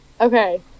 Okay